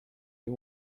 you